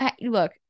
look